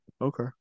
okay